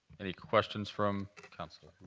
any questions from council?